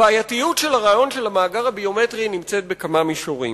הבעייתיות ברעיון של המאגר הביומטרי נמצאת בכמה מישורים.